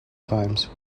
times